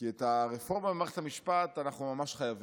כי את הרפורמה במערכת המשפט אנחנו ממש חייבים,